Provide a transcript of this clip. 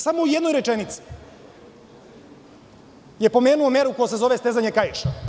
Samo u jednoj rečenici je pomenuo meru koja se zove stezanje kaiša.